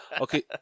Okay